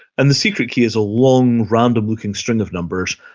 and the secret key is a long random-looking string of numbers,